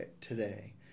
today